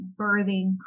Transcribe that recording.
birthing